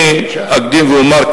אני אקדים ואומר,